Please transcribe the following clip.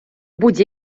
будь